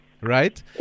right